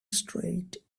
straight